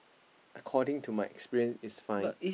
according to my experience is fine